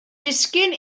disgyn